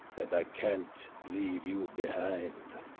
that i can't leave you behind